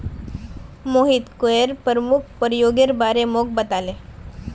Mohit coir प्रमुख प्रयोगेर बारे मोक बताले